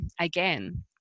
again